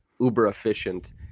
uber-efficient